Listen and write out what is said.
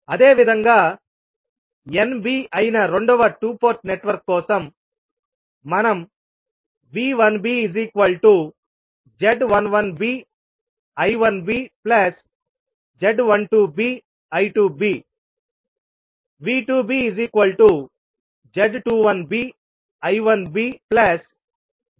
అదేవిధంగా Nb అయిన రెండవ 2 పోర్ట్ నెట్వర్క్ కోసం మనం V1bz11bI1bz12bI2b V2bz21bI1bz22bI2b